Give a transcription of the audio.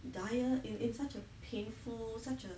dying in in such a painful such a